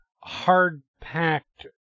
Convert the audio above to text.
hard-packed